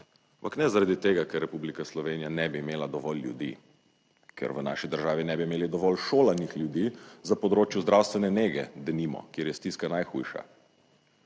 ampak ne zaradi tega, ker Republika Slovenija ne bi imela dovolj ljudi, ker v naši državi ne bi imeli dovolj šolanih ljudi za področju zdravstvene nege, denimo, kjer je stiska najhujša.